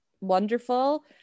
wonderful